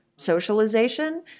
socialization